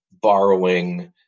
borrowing